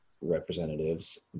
representatives